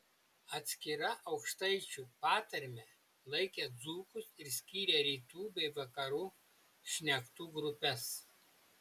atskira aukštaičių patarme laikė dzūkus ir skyrė rytų bei vakarų šnektų grupes